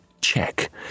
Check